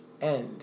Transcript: end